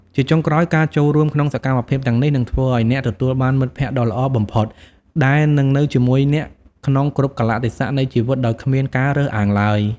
ជាចុងក្រោយ ការចូលរួមក្នុងសកម្មភាពទាំងនេះនឹងធ្វើឱ្យអ្នកទទួលបានមិត្តភក្តិដ៏ល្អបំផុតដែលនឹងនៅជាមួយអ្នកក្នុងគ្រប់កាលៈទេសៈនៃជីវិតដោយគ្មានការរើសអើងឡើយ។